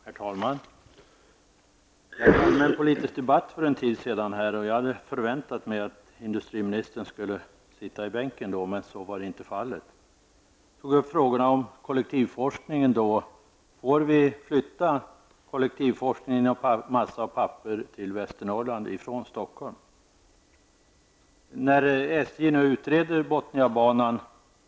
Herr talman! Det var allmänpolitisk debatt här i kammaren för en tid sedan, och jag hade väntat mig att industriministern då skulle sitta i sin bänk, men så var inte fallet. Jag tog då upp frågan om kollektivforskningen. Får vi flytta kollektivforskningen när det gäller massa och papper från Stockholm till Västernorrland?